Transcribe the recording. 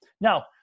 Now